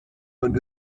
und